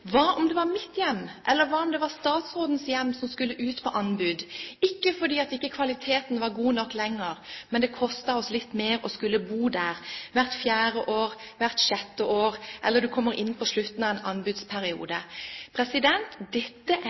Hva om det var mitt hjem, eller hva om det var statsrådens hjem som skulle ut på anbud – ikke fordi kvaliteten ikke var god nok lenger, men fordi det koster litt mer å skulle bo der – hvert fjerde år, hvert sjette år, eller raskt fordi man kommer inn på slutten av en anbudsperiode? Dette er